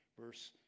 verse